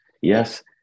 Yes